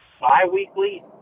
bi-weekly